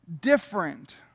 different